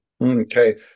Okay